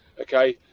okay